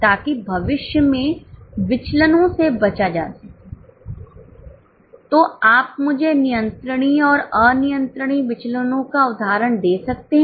ताकि भविष्य में विचलनों से बचा जा सके तो आप मुझे नियंत्रणीय और अनियंत्रणीय विचलनों का उदाहरण दे सकते हैं